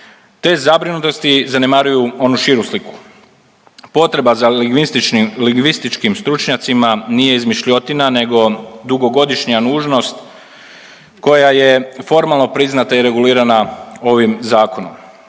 te zabrinutosti zanemaruju onu širu sliku. Potreba za lingvističkim stručnjacima nije izmišljotina nego dugogodišnja nužnost koja je formalno priznata i regulirana ovim zakonom.